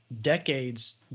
decades